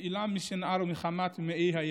ומעילם ומשנער ומחמת ומאיי הים".